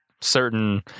certain